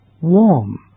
Warm